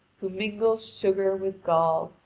who mingles sugar with gall,